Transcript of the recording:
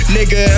Nigga